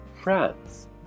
France